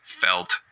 felt